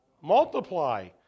multiply